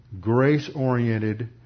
grace-oriented